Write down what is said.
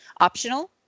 optional